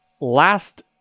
last